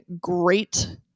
great